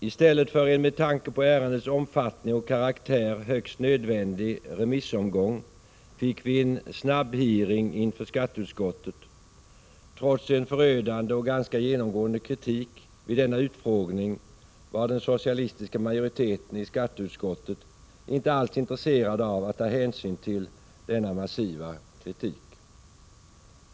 I stället för en, med tanke på ärendets omfattning och karaktär, högst nödvändig remissomgång fick vi en snabbhearing inför skatteutskottet. Trots en förödande och ganska genomgående kritik vid denna utfrågning var den socialistiska majoriteten i skatteutskottet inte alls intresserad av att ta hänsyn till denna massiva kritik.